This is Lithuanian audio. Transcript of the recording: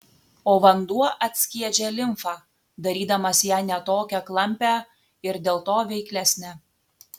o vanduo atskiedžia limfą darydamas ją ne tokią klampią ir dėl to veiklesnę